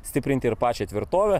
stiprinti ir pačią tvirtovę